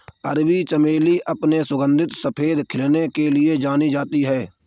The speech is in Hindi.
अरबी चमेली अपने सुगंधित सफेद खिलने के लिए जानी जाती है